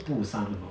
busan hor